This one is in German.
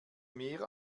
mehr